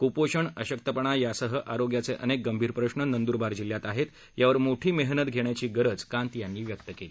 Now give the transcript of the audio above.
कुपोषण अशक्तपणा यासह आरोग्याचे अनेक गंभीर प्रश्न नंदुरबार जिल्ह्यात आहेत यावर मोठी मेहनत घेण्याची गरज कांत यांनी व्यक्त केली